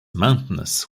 mountainous